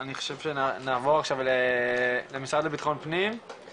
אני חושב שנעבור עכשיו למשרד לביטחון פנים,